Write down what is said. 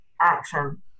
action